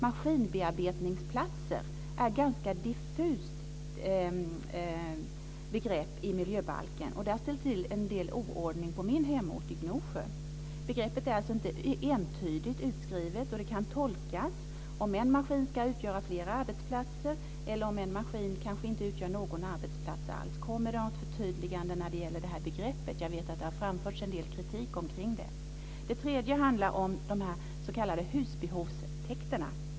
Maskinbearbetningsplatser är ett ganska diffust begrepp i miljöbalken. Det har ställt till en del oordning på min hemort, Gnosjö. Begreppet är inte entydigt utskrivet. Det kan tolkas olika. Ska en maskin utgöra flera arbetsplatser eller kanske inte utgöra någon arbetsplats alls? Kommer det något förtydligande när det gäller det här begreppet? Jag vet att det har framförts en del kritik kring det. Det tredje handlar om de s.k. husbehovstäkterna.